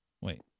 Wait